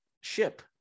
ship